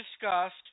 discussed